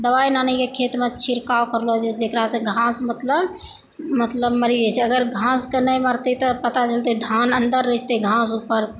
दबाई आनिके खेतमे छिड़काव करलो जाइ छै एकर सऽ घास मतलब मतलब मरी जाइ छै अगर घास कऽ नहि मरितै तऽ धान अंदर रही जेतै घास ऊपर